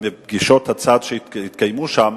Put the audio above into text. ופגישות הצד שהתקיימו שם,